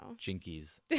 Jinkies